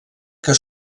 que